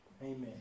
Amen